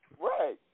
Right